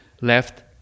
left